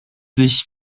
sich